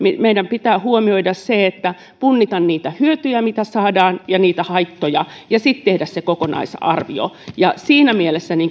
meidän pitää huomioida se ja punnita niitä hyötyjä mitä saadaan ja haittoja ja sitten tehdä kokonaisarvio siinä mielessä